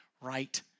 right